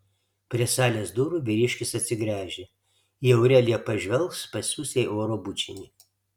prie salės durų vyriškis atsigręžė jei aurelija pažvelgs pasiųs jai oro bučinį